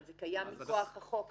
אבל זה קיים מכוח החוק הקיים.